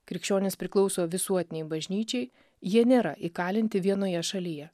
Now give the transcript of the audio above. krikščionys priklauso visuotinei bažnyčiai jie nėra įkalinti vienoje šalyje